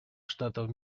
штатов